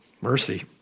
Mercy